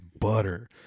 butter